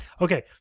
Okay